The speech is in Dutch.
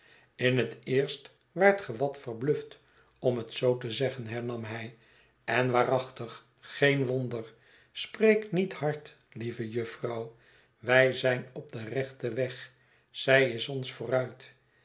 in het eerst waart ge wat verbluft om het zoo te zeggen hernam hij en waarachtig geen wonder spreek niet hard lieve jufvrouw wij zijn op den rechten weg zij is ons